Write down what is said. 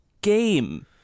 game